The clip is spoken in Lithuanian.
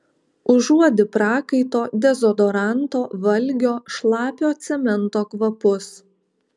užuodi prakaito dezodoranto valgio šlapio cemento kvapus